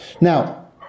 Now